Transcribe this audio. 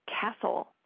castle